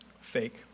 Fake